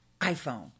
iPhone